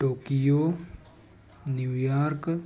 Tokyo New York